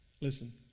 Listen